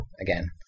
again